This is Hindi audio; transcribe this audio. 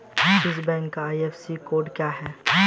इस बैंक का आई.एफ.एस.सी कोड क्या है?